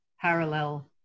parallel